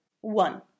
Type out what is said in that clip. One